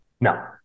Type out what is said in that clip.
No